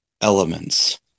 elements